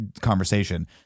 conversation